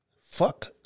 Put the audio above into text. fuck